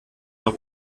noch